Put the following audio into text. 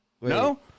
No